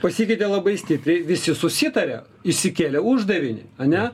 pasikeitė labai stipriai visi susitaria išsikelia uždavinį ar ne